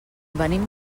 venim